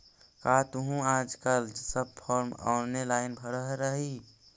का तुहूँ आजकल सब फॉर्म ऑनेलाइन भरऽ हही?